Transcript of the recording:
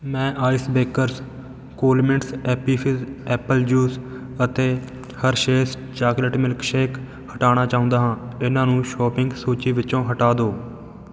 ਮੈਂ Ice Breakers Coolmints Appy Fizz apple juice ਅਤੇ Hershey's chocolate milk shake ਹਟਾਉਣਾ ਚਾਹੁੰਦਾ ਹਾਂ ਇਹਨਾਂ ਨੂੰ ਸ਼ੋਪਿੰਗ ਸੂਚੀ ਵਿੱਚੋਂ ਹਟਾ ਦਿਉ